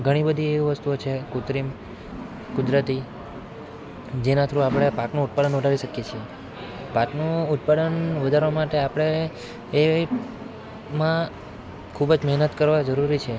ઘણી બધી એવી વસ્તુઓ છે કૃત્રિમ કુદરતી જેના થ્રુ આપણે આ પાકનું ઉત્પાદન વધારી શકીએ છીએ પાકનું ઉત્પાદન વધારવા માટે આપણે એ માં ખૂબ જ મહેનત કરવા જરૂરી છે